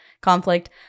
conflict